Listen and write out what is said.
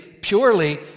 purely